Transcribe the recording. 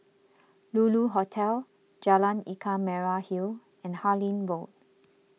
Lulu Hotel Jalan Ikan Merah Hill and Harlyn Road